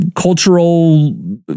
cultural